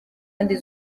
kandi